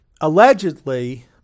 allegedly